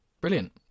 Brilliant